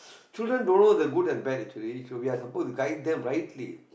children don't know the good and bad actually we are supposed to guide them rightly